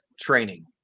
training